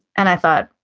and i thought,